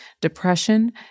depression